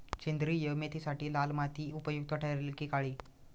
सेंद्रिय मेथीसाठी लाल माती उपयुक्त ठरेल कि काळी?